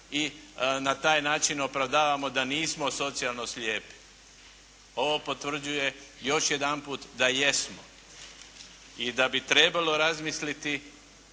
i na taj način opravdavamo da nismo socijalno slijepi. Ovo potvrđuje još jedanput da jesmo. I da bi trebalo razmisliti